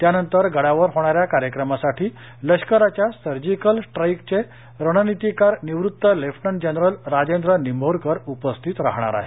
त्यानंतर गडावर होणाऱ्या कार्यक्रमासाठी लष्कराच्या सर्जिकल स्ट्राईकचे रणनीतीकार निवृत्त लेफ्टनंट जनरल राजेंद्र निंभोरकर उपस्थित राहणार आहेत